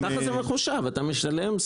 כמו שבביטוח אתה מקבל ביטוח מוזל אם אתה לא